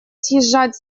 съезжать